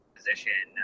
position